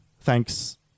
Thanks